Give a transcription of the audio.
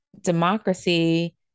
democracy